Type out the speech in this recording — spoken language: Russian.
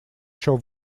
ещё